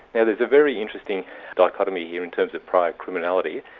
and there's a very interesting dichotomy here in terms of prior criminality.